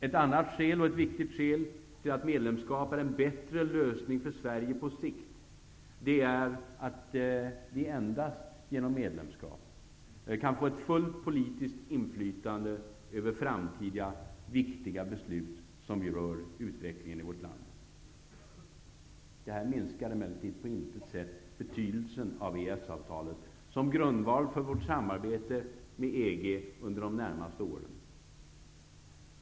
Ett annat viktigt skäl till att medlemskap är en bättre lösning för Sverige på sikt är att vi endast genom medlemskap kan få fullt politiskt inflytande över framtida viktiga beslut som rör utvecklingen i vårt land. Det här minskar emellertid på intet sätt betydelsen av EES-avtalet som grundval för vårt samarbete med EG under de närmaste åren.